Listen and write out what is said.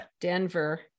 Denver